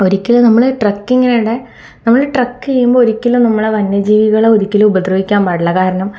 ഒരിക്കലൂം നമ്മൾ ട്രക്കിങ്ങിനിടെ നമ്മൾ ട്രക്ക് ചെയ്യുമ്പോൾ ഒരിക്കലും നമ്മൾ വന്യജീവികളെ ഒരിക്കലും ഉപദ്രവിക്കാൻ പാടില്ല കാരണം